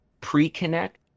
pre-connect